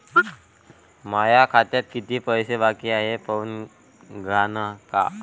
माया खात्यात कितीक पैसे बाकी हाय हे पाहून द्यान का?